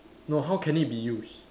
no how can it be used